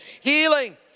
Healing